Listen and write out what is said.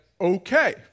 okay